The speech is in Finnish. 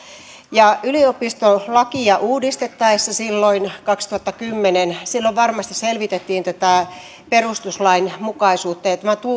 yliopistolakia uudistettaessa silloin kaksituhattakymmenen varmasti selvitettiin tätä perustuslainmukaisuutta ja tämä